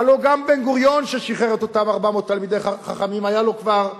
הלוא גם בן-גוריון ששחרר את אותם 400 תלמידי חכמים היו לו כבר הרהורי,